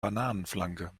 bananenflanke